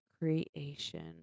creation